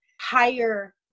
higher